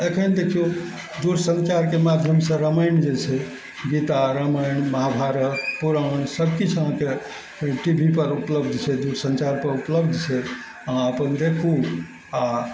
एखन देखियौ दूर सञ्चारके माध्यमसँ रामायण जे छै गीता रामायण महाभारत पुराण सब किछु अहाँके टी वी पर उपलब्ध छै दूरसञ्चारपर उपलब्ध छै अहाँ अपन देखू आओर